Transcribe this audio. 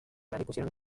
numerosas